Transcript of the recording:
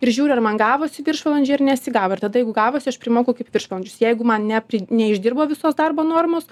ir žiūri ar man gavosi viršvalandžiai ar nesigavo ir tada jeigu gavosi aš primoku kaip viršvalandžius jeigu man nepri neišdirbo visos darbo normos